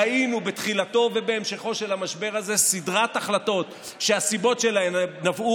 ראינו בתחילתו ובהמשכו של המשבר הזה סדרת החלטות שהסיבות שלהן נבעו